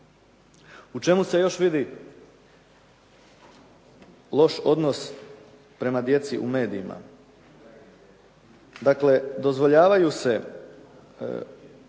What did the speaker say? U čemu se još vidi loš odnos prema djeci u medijima? Dakle, dozvoljavaju se